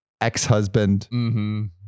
ex-husband